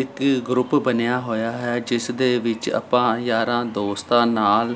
ਇੱਕ ਗਰੁੱਪ ਬਣਿਆ ਹੋਇਆ ਹੈ ਜਿਸ ਦੇ ਵਿੱਚ ਆਪਾਂ ਯਾਰਾਂ ਦੋਸਤਾਂ ਨਾਲ